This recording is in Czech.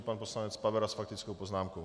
Pan poslanec Pavera s faktickou poznámkou.